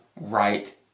right